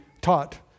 taught